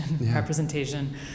representation